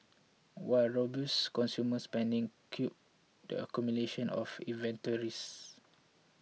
while robust consumer spending curbed the accumulation of inventories